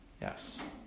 yes